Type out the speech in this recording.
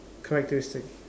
characteristic